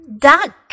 Duck